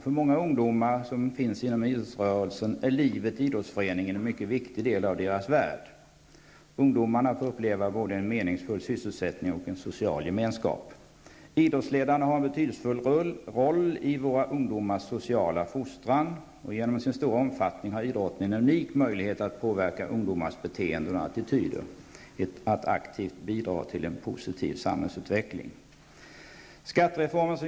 För många ungdomar som finns inom idrottsrörelsen är livet i idrottsföreningen en mycket viktig del av deras värld. Ungdomarna får uppleva både en meningsfull sysselsättning och en social gemenskap. Idrottsledarna har en betydelsefull roll i våra ungdomars sociala fostran. Genom sin stora omfattning har idrotten en unik möjlighet att påverka ungdomars beteenden och attityder och att aktivt bidra till en positiv samhällsutveckling.